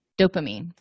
dopamine